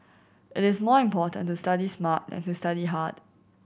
it is more important to study smart than to study hard